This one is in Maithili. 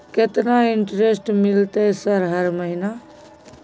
केतना इंटेरेस्ट मिलते सर हर महीना?